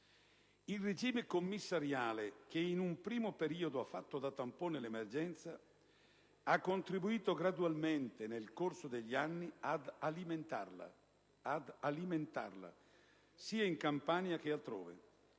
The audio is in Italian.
Il regime commissariale, che in un primo periodo ha fatto da tampone all'emergenza, ha contribuito gradualmente, nel corso degli anni, ad alimentarla, sia in Campania che altrove: